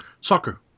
Soccer